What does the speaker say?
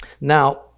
Now